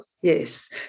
Yes